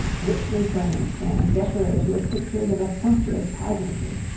richly furnished, and decorated with pictures of a sumptuous pageantry.